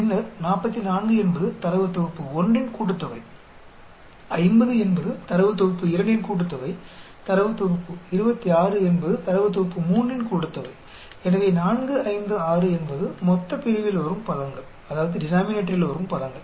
பின்னர் 44 என்பது தரவுத் தொகுப்பு 1இன் கூட்டுத்தொகை 50 என்பது தரவுத் தொகுப்பு 2 இன் கூட்டுத்தொகை தரவுத் தொகுப்பு 26 என்பது தரவுத் தொகுப்பு 3 இன் கூட்டுத்தொகை எனவே 4 5 6 என்பது மொத்தப்பிரிவில் வரும் பதங்கள்